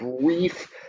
brief